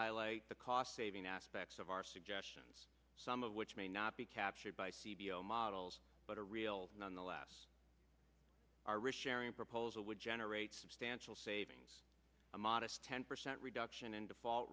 highlight the cost saving aspects of our suggestions some of which may not be captured by c b l models but a real nonetheless are rich area proposal would generate substantial savings a modest ten percent reduction in default